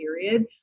period